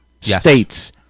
states